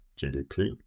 GDP